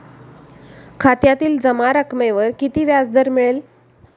खात्यातील जमा रकमेवर किती व्याजदर मिळेल?